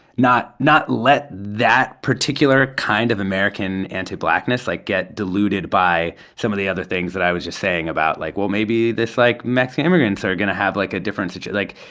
not not let that particular kind of american antiblackness, like, get diluted by some of the other things that i was just saying about like, well, maybe this like, mexican immigrants are going to have, like, a different yeah like,